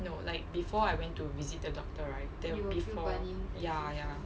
no like before I went to visit the doctor right there will before ya ya